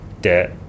debt